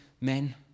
men